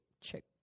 check